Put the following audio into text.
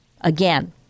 Again